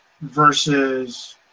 versus